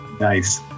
Nice